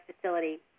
facility